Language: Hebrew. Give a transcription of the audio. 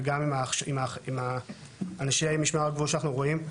וגם עם אנשי משמר הגבול שאנחנו רואים,